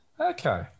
Okay